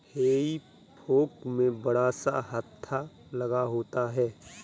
हेई fork में बड़ा सा हत्था लगा होता है